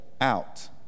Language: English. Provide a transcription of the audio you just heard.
out